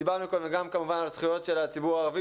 ודיברנו גם כמובן על זכויות של הציבור הערבי